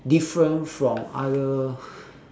different from other